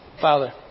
Father